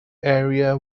area